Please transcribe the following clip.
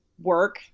work